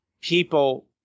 people